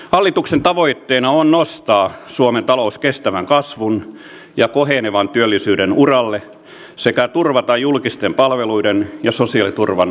hallituksen tavoitteena on nostaa suomen talous kestävän kasvun ja kohenevan työllisyyden uralle sekä turvata julkisten palveluiden ja sosiaaliturvan rahoitus